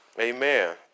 Amen